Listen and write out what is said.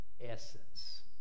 essence